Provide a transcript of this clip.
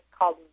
called